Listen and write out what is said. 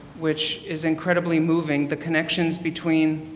which is incredibly moving. the connections between